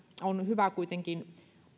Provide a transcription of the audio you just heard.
on hyvä kuitenkin